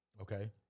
okay